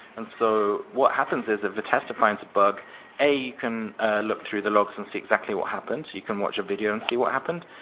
and so what happens is if a tester finds a bug a, you can look through the logs and see exactly what happened. you can watch a video and see what happened.